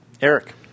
Eric